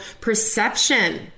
perception